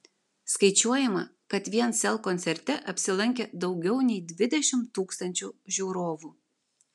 skaičiuojama kad vien sel koncerte apsilankė daugiau nei dvidešimt tūkstančių žiūrovų